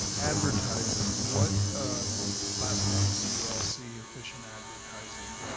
advertising, what platforms do you all see efficient advertising?